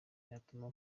yatuma